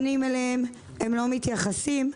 הם לא מתייחסים.